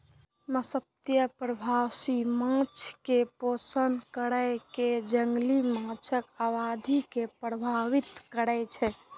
मत्स्यपालन प्रवासी माछ कें पोषण कैर कें जंगली माछक आबादी के प्रभावित करै छै